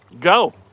Go